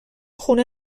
خونه